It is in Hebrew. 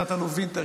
תת-אלוף וינטר,